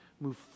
Move